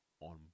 on